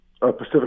Pacific